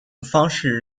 方式